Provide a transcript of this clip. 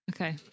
Okay